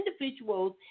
individuals